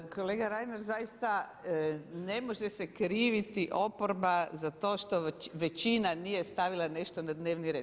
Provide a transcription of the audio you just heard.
Kolega Reiner zaista ne može se kriviti oporba za to što većina nije stavila nešto na dnevni red.